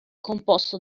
composto